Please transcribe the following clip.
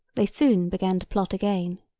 they soon began to plot again.